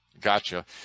Gotcha